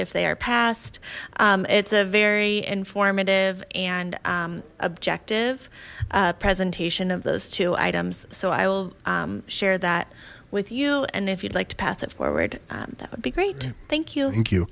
if they are passed it's a very informative and objective presentation of those two items so i will share that with you and if you'd like to pass it forward that would be great thank you thank you